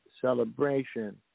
celebration